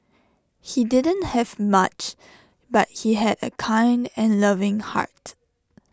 he didn't have much but he had A kind and loving heart